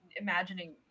imagining